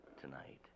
tonight